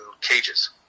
cages